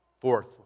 Fourth